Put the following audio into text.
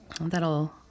that'll